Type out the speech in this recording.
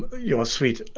ah you're sweet,